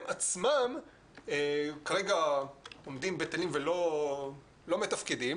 עצמם כרגע עומדים בטלים ולא מתפקדים.